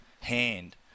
hand